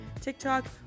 TikTok